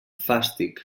fàstic